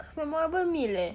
memorable meal eh